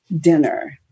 dinner